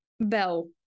bell